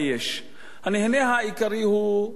הנהנה העיקרי הוא ראש הממשלה.